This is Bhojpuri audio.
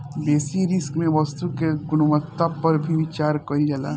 बेसि रिस्क में वस्तु के गुणवत्ता पर भी विचार कईल जाला